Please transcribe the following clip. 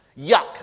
Yuck